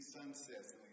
sunsets